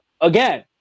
Again